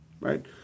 Right